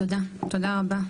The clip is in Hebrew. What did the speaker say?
תודה, תודה רבה.